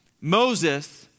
Moses